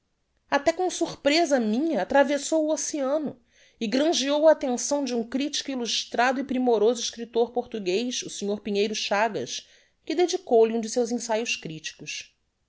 até com sorpresa minha atravessou o oceano e grangeou a attenção de um critico illustrado e primoroso escriptor portuguez o sr pinheiro chagas que dedicou lhe um de seus ensaios criticos